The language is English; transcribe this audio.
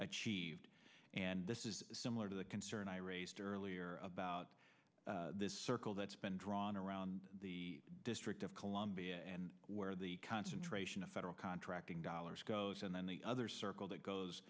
achieved and this is similar to the concern i raised earlier about this circle that's been drawn around the district of columbia where the concentration of federal contracting dollars goes and then the other circle that goes